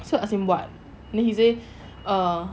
so ask him what then he say err